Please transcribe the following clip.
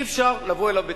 אי-אפשר לבוא אליו בטענות.